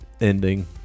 Ending